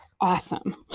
awesome